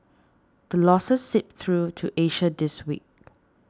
the losses seeped through to Asia this week